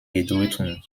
bedeutung